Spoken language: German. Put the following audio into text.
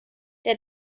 der